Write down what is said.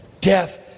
Death